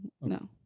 no